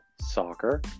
Soccer